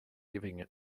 giving